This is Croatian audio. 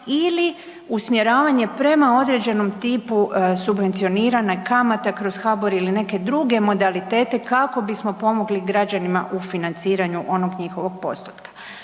ili usmjeravanje prema određenom tipu subvencionirane kamate kroz HBOR ili neke druge modalitete kako bismo pomogli građanima u financiranju onog njihovog postotka.